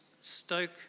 stoke